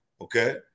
okay